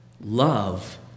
love